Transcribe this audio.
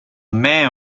man